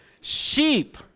Sheep